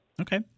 Okay